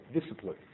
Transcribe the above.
discipline